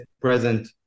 present